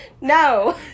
no